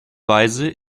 weise